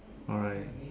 alright